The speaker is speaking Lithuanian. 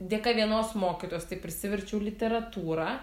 dėka vienos mokytojos taip prisiverčiau literatūrą